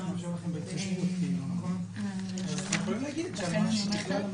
כשאני בא לפתוח חשבון בנק או כל דבר,